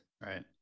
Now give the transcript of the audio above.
Right